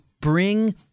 bring